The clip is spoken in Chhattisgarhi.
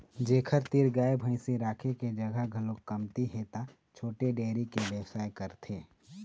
जेखर तीर गाय भइसी राखे के जघा घलोक कमती हे त छोटे डेयरी के बेवसाय करथे